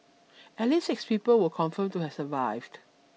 at least six people were confirmed to have survived